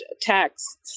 texts